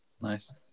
Nice